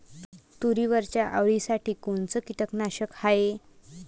तुरीवरच्या अळीसाठी कोनतं कीटकनाशक हाये?